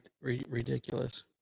ridiculous